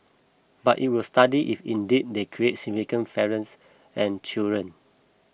but it will study if indeed they create significant for parents and children